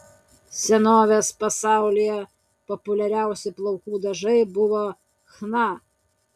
senovės pasaulyje populiariausi plaukų dažai buvo chna